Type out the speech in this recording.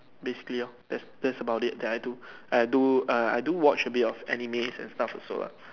basically orh that's that's about it that I do I do err I do watch a bit of animes and stuff also lah